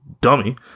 dummy